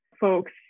folks